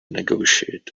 negotiate